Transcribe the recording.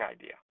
idea